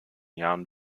jahren